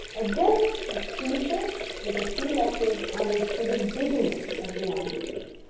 again a prefix is a few letters added to the beginning of the adjective.